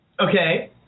Okay